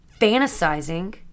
fantasizing